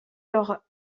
leurs